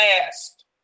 last